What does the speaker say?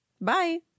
Bye